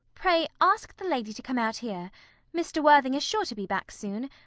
pray ask the lady to come out here mr. worthing is sure to be back soon.